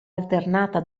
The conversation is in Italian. alternata